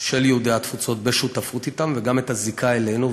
של יהודי התפוצות בשותפות אתם וגם את הזיקה אלינו,